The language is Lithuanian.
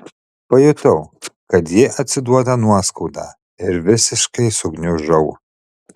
pajutau kad ji atsiduoda nuoskauda ir visiškai sugniužau